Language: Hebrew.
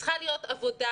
עבודה